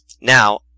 now